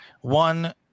One